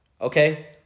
okay